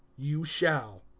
you shall.